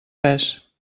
res